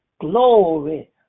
Glory